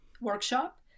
workshop